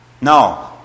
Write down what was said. No